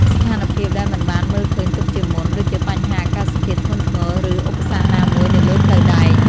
ស្ថានភាពដែលមិនបានមើលឃើញទុកជាមុន ដូចជាបញ្ហាអាកាសធាតុធ្ងន់ធ្ងរ ឬឧបសគ្គណាមួយនៅលើផ្លូវដែក។